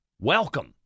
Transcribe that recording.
Welcome